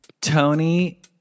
Tony